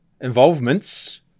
involvements